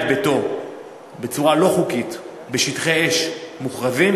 ביתו בצורה לא חוקית בשטחי אש מוכרזים,